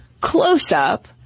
close-up